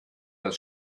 das